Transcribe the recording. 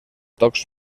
tocs